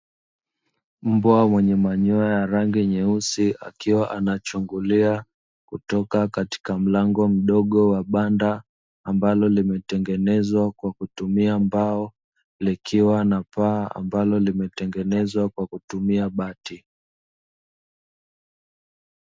Mbwa mwenye manyoya ya rangi nyeusi akiwa anachungulia kutoka katika mlango mdogo wa banda, ambalo limetengenezwa kwa kutumia mbao likiwa na paa ambalo limetengenezwa kwa kutumia bati.